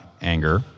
anger